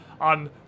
on